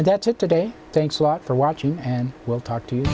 and that's it today thanks a lot for watching and we'll talk to